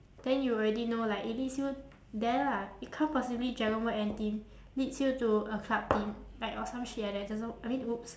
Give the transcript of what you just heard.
then you already know like it leads you there lah it can't possibly dragon boat N team leads you to a club team like or some shit like that doesn't I mean !oops!